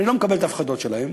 אני לא מקבל את ההפחדות שלהם.